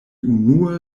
unue